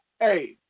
Hey